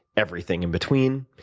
everything in between.